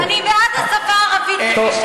ואני בעד השפה הערבית, כפי שאתה יודע.